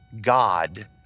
God